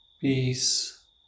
peace